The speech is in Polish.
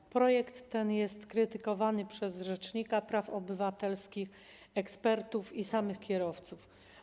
Ten projekt jest krytykowany przez rzecznika praw obywatelskich, ekspertów i samych kierowców.